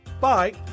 Bye